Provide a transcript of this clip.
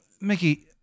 Mickey